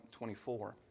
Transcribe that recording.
24